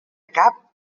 cap